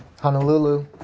Honolulu